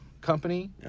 company